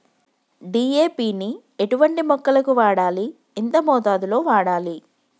DAP ని ఎటువంటి మొక్కలకు వాడాలి? ఎంత మోతాదులో వాడాలి?